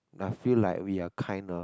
like i feel like we are kinda